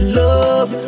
love